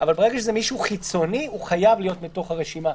אבל ברגע שזה מישהו חיצוני הוא חייב להיות מתוך הרשימה,